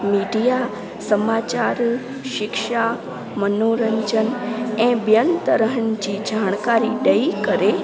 media समाचारु शिक्षा मनोरंजन ऐं ॿियनि तरहनि जी जानकारी ॾेई करे